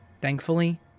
Thankfully